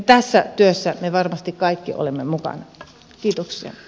tässä työssä me varmasti kaikki olemme mukana